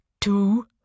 Two